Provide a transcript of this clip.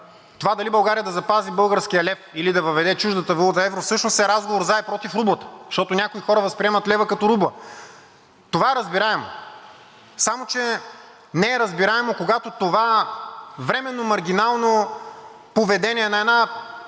това дали България да запази българския лев, или да въведе чуждата валута евро, всъщност е разговор за и против рублата. Защото някои хора възприемат лева като рубла. Това е разбираемо. Само че не е разбираемо, когато това временно маргинално поведение на една